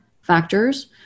factors